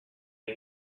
who